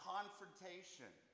Confrontation